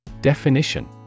Definition